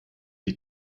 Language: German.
die